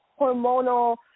hormonal